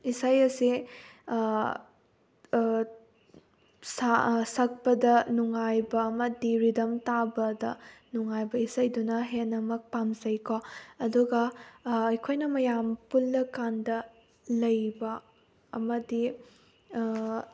ꯏꯁꯩ ꯑꯁꯦ ꯁꯛꯄꯗ ꯅꯨꯡꯉꯥꯏꯕ ꯑꯃꯗꯤ ꯔꯤꯗꯝ ꯇꯥꯕꯗ ꯅꯨꯡꯉꯥꯏꯕ ꯏꯁꯩꯗꯨꯅ ꯍꯦꯟꯅꯃꯛ ꯄꯥꯝꯖꯩꯀꯣ ꯑꯗꯨꯒ ꯑꯩꯈꯣꯏꯅ ꯃꯌꯥꯝ ꯄꯨꯜꯂ ꯀꯥꯟꯗ ꯂꯩꯕ ꯑꯃꯗꯤ